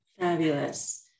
Fabulous